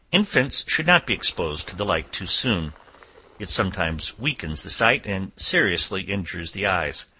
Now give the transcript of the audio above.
infants should not be exposed to the light too soon it sometimes weakens the sight and seriously injures the eyes.